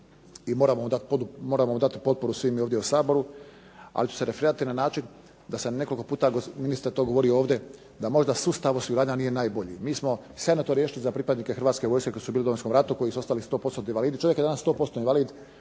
i moramo dati potporu svi mi ovdje u Saboru ali ću se referirati na način da se nekoliko ministar to govorio ovdje da možda sustav osiguranja nije najbolji. MI smo sjajno to riješili za pripadnike Hrvatske vojske koji su bili u Domovinskom ratu, koji su ostali 100% invalidi, čovjek je danas 100% invalid,